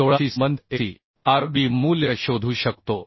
16शी संबंधित Fc Rb मूल्य शोधू शकतो